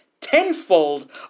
Tenfold